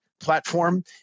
platform